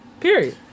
Period